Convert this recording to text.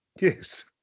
yes